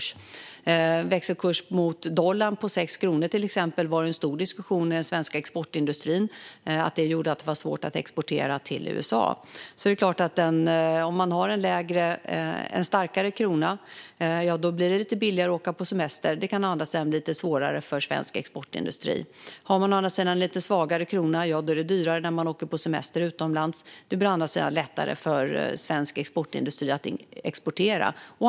När det till exempel var en växelkurs mot dollarn på 6 kronor var det en stor diskussion med den svenska exportindustrin om att det gjorde att det var svårt att exportera till USA. Om man har en starkare krona blir det lite billigare att åka på semester, men det kan bli lite svårare för svensk exportindustri. Har man en lite svagare krona är det dyrare när man åker på semester utomlands, men det blir lättare för svensk exportindustri att exportera.